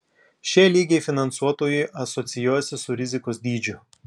šie lygiai finansuotojui asocijuojasi su rizikos dydžiu